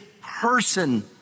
person